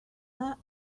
that